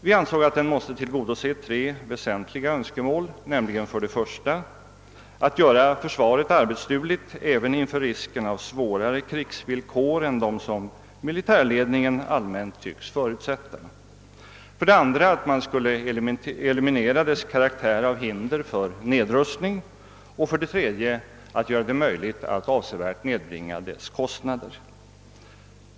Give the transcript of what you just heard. Vi ansåg att den måste tillgodose tre väsentliga önskemål, nämligen 1. att göra försvaret arbetsdugligt även inför risken av svårare krigsvillkor än dem som militärledningen allmänt tycks förutsätta, 2. att eliminera försvarets karaktär av hinder för nedrustning och 3. att göra det möjligt att avsevärt nedbringa dess kostnader.